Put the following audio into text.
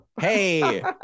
hey